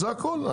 זה הכול,